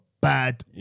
bad